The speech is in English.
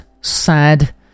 sad